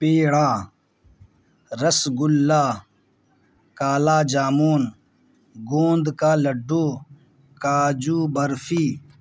پیڑا rasgulla kala jamun گوند کا لڈو کاجو برفی